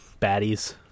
baddies